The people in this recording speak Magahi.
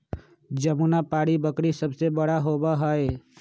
जमुनापारी बकरी सबसे बड़ा होबा हई